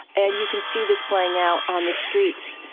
and you can see this playing out on the streets.